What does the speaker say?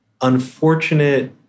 unfortunate